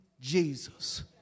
Jesus